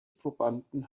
probanden